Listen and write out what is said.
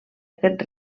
aquest